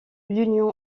l’union